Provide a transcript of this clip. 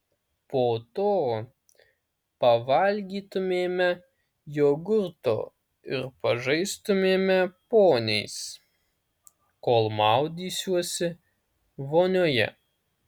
po to pavalgytumėme jogurto ir pažaistumėme poniais kol maudysiuosi vonioje